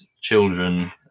children